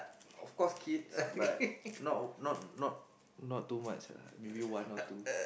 of course kids but not ah not not not too much ah maybe one or two